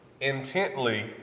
intently